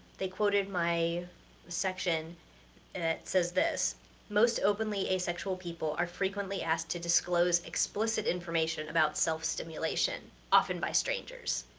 they quoted my section that says this most openly asexual people are frequently asked to disclose explicit information about self-stimulation, often by strangers.